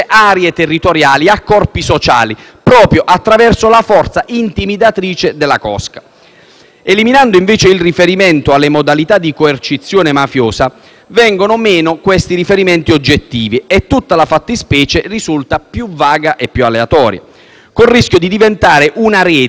proprio attraverso la forza intimidatrice della cosca. Eliminando, invece, il riferimento alle modalità di coercizione mafiosa, vengono meno questi riferimenti oggettivi e tutta la fattispecie risulta più vaga e più aleatoria, col rischio di diventare una rete con delle maglie che sono troppo strette